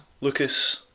Lucas